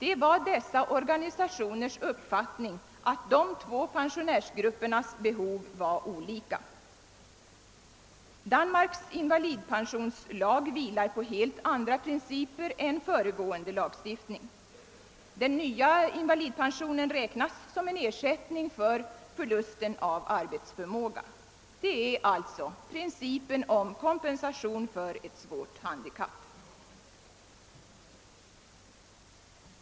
Enligt organisationens uppfattning var de två pensionärsgruppernas behov olika. Danmarks nya invalidpensionslag vilar också på helt andra principer än föregående lagstiftning. Invalidpensionen räknas som en ersättning för förlusten av arbetsförmåga. Den bygger alltså på principen om kompensation för ett svårt handikapp.